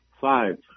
Five